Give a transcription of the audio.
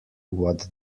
what